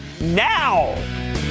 now